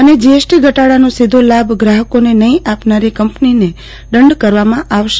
અને જીએસટી ઘટાડાનો સીધો લાભ ગ્રાહકોને નહીં આપનારી કંપનીને દંડ કરવામાં આવશે